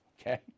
Okay